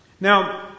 Now